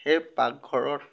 সেই পাকঘৰত